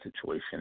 situation